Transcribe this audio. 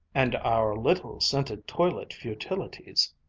and our little scented toilet futilities,